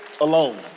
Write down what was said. alone